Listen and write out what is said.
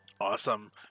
Awesome